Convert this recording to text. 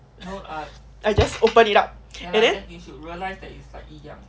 I just open it up and then